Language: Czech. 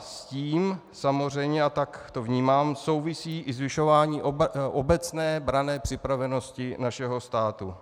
S tím samozřejmě, a tak to vnímám, souvisí i zvyšování obecné branné připravenosti našeho státu.